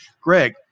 Greg